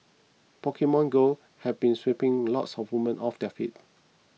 Pokemon Go has been sweeping lots of women off their feet